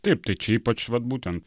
taip tai čia ypač vat būtent